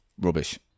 rubbish